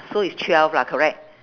so is twelve lah correct